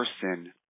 person